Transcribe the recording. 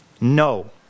No